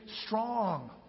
strong